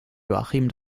joachim